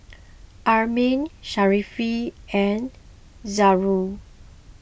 Amrin Sharifah and Zamrud